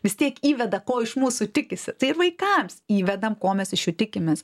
vis tiek įveda ko iš mūsų tikisi tai ir vaikams įvedam ko mes iš jų tikimės